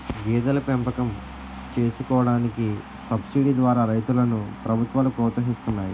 గేదెల పెంపకం చేసుకోడానికి సబసిడీ ద్వారా రైతులను ప్రభుత్వాలు ప్రోత్సహిస్తున్నాయి